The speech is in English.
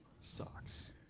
socks